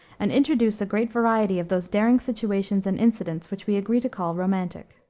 and introduce a great variety of those daring situations and incidents which we agree to call romantic.